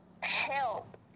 help